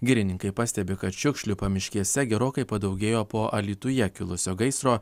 girininkai pastebi kad šiukšlių pamiškėse gerokai padaugėjo po alytuje kilusio gaisro